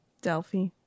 Delphi